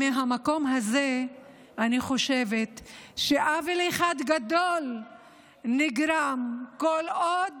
מהמקום הזה אני חושבת שעוול אחד גדול נגרם כל עוד